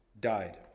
died